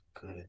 Good